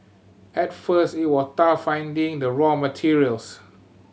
at first it was tough finding the raw materials